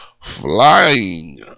Flying